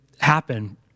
happen